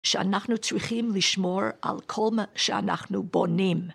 שאנחנו צריכים לשמור על כל מה שאנחנו בונים.